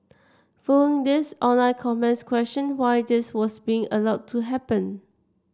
following this online comments questioned why this was being allowed to happen